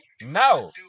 No